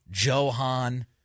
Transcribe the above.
Johan